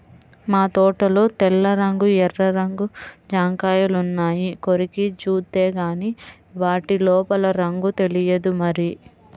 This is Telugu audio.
మా తోటలో తెల్ల రంగు, ఎర్ర రంగు జాంకాయలున్నాయి, కొరికి జూత్తేగానీ వాటి లోపల రంగు తెలియదు మరి